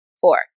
Four